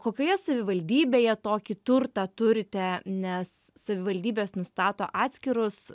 kokioje savivaldybėje tokį turtą turite nes savivaldybės nustato atskirus